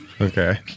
okay